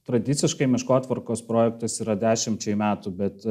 tradiciškai miškotvarkos projektas yra dešimčiai metų bet